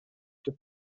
түп